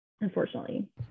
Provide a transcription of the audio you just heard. unfortunately